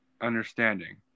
understanding